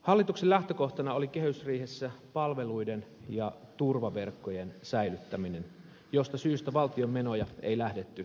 hallituksen lähtökohtana oli kehysriihessä palveluiden ja turvaverkkojen säilyttäminen josta syystä valtion menoja ei lähdetty leikkaamaan